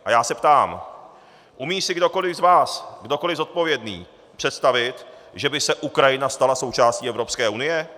A já se ptám: Umí si kdokoli z vás, kdokoli zodpovědný, představit, že by se Ukrajina stala součástí Evropské unie?